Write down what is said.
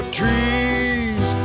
trees